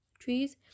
Trees